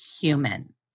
human